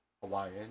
Hawaiian